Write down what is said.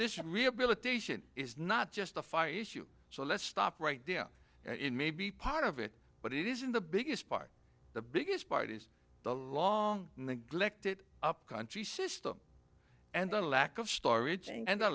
rehabilitation is not justify issue so let's stop right there it may be part of it but it isn't the biggest part the biggest part is the long neglected upcountry system and the lack of storage and the